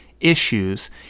issues